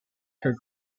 her